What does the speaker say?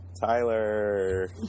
Tyler